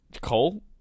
Cole